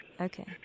Okay